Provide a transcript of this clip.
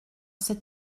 c’est